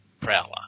Prowler